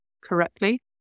correctly